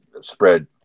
spread